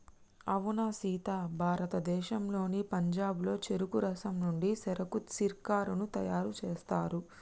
అవునా సీత భారతదేశంలోని పంజాబ్లో చెరుకు రసం నుండి సెరకు సిర్కాను తయారు సేస్తారు